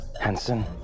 Hansen